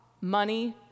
money